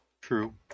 True